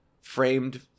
framed